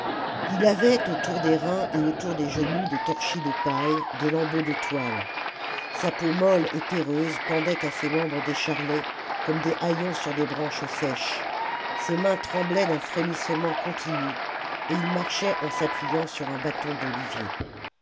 h avait autour des reins et autour des genoux des torchis de paille des lambeaux de toiie sa peau molle et terreuse pendait à ses membres décharnés comme des haillons sur des branches sèches ses mains tremblaient d'un frémissement continu et il marchait en s'appuyant sur un bâton d'ohvier